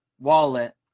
wallet